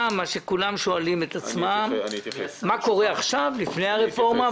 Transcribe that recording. שואלים את עצמם מה קורה עכשיו לפני הרפורמה,